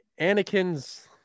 Anakin's